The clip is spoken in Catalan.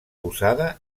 posada